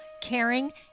caring